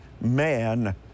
man